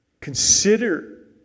Consider